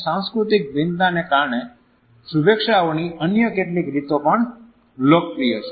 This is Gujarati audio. સાંસ્કૃતિક ભિન્નતાને કારણે શુભેચ્છાઓની અન્ય કેટલીક રીતો પણ લોકપ્રિય છે